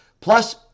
Plus